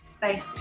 Bye